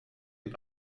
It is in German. und